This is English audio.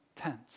tents